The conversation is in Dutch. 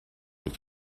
dit